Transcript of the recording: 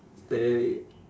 steady